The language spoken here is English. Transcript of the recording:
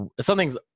something's